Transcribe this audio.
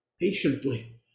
patiently